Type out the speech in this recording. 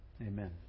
Amen